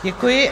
Děkuji.